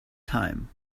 time